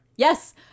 Yes